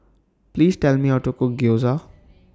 Please Tell Me How to Cook Gyoza